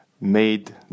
made